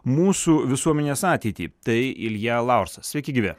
mūsų visuomenės ateitį tai ilja laursas sveiki gyvi